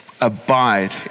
abide